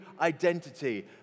identity